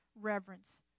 reverence